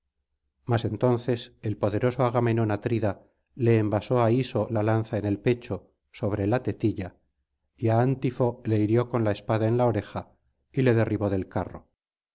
mas entonces el poderoso agamenón atrida le envasó á iso la lanza en el pecho sobre la tetilla y á antifo le hirió con la espada en la oreja y le derribó del carro y